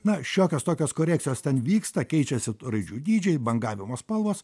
na šiokios tokios korekcijos ten vyksta keičiasi raidžių dydžiai bangavimų spalvos